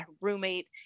roommate